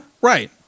right